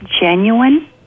genuine